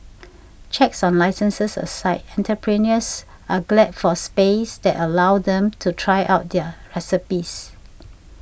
checks on licences aside entrepreneurs are glad for spaces that allow them to try out their recipes